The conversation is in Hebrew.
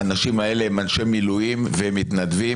האנשים האלה הם אנשי מילואים והם מתנדבים